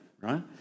right